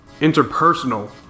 Interpersonal